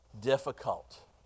difficult